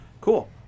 Cool